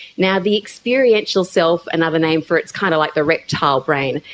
now, the experiential self, another name for it is kind of like the reptile brain,